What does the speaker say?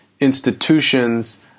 institutions